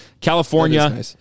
california